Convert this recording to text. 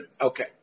Okay